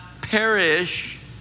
perish